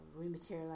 rematerialize